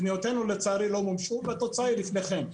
פניותינו לצערי לא מומשו, והתוצאה לפניכם.